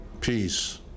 peace